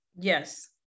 Yes